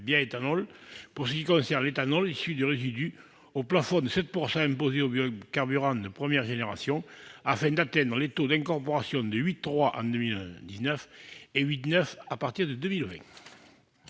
bioéthanol, pour ce qui concerne l'éthanol issu de résidus, du plafond de 7 % imposé aux biocarburants de première génération, afin d'atteindre des taux d'incorporation de 8,3 % en 2019 et de 8,9 % à partir de 2020.